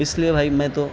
اس لیے بھائی میں تو